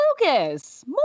Lucas